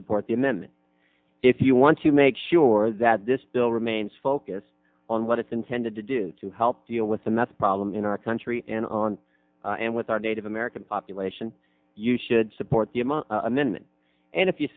support the amendment if you want to make sure that this bill remains focused on what it's intended to do to help deal with the meth problem in our country and on and with our native american population and you should support and then and if you